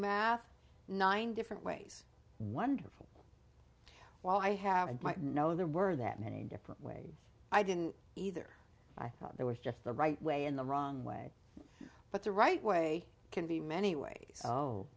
math nine different ways wonderful while i have a no there were that many different ways i didn't either i thought there was just the right way and the wrong way but the right way can be many ways oh